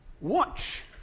watch